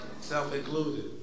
Self-included